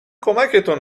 کمکتون